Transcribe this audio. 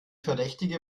verdächtige